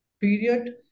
period